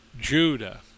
Judah